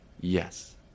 yes